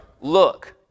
look